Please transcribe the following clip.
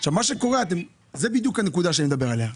מה שקורה, זאת בדיוק הנקודה שאני מדבר עליה.